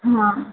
હા